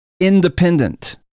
independent